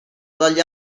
dagli